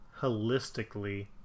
holistically